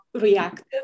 reactive